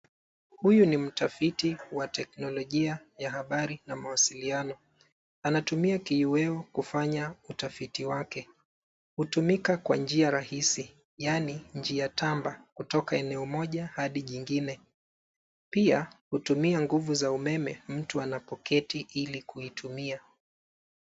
Huyu ni mtafiti wa teknolojia ya habari na mawasiliano. Anatumia kioevu kufanya utafiti wake. Hutumika kwa njia rahisi, yaani njia tamba kutoka eneo moja hadi jingine. Pia hutumia nguvu za umeme mtu anapoketi ili kuitumia.